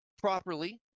Properly